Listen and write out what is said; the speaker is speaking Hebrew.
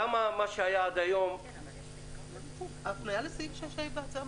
למה מה שהיה עד היום --- ההפניה לסעיף 6 הייתה במקור.